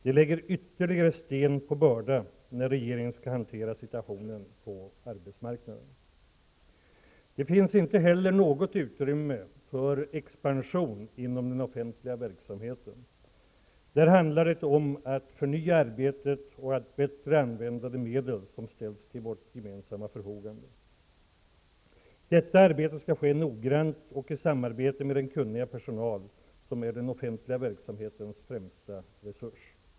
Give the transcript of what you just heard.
Det lägger ytterligare sten på börda när regeringen skall hantera situationen på arbetsmarknaden. Det finns inte heller något utrymme för expansion inom den offentliga verksamheten. Där handlar det om att förnya arbetet och bättre använda de medel som ställts till vårt gemensamma förfogande. Detta arbete skall ske noggrant och i samarbete med den kunniga personal som är den offentliga verksamhetens främsta resurs.